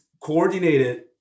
coordinated